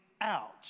out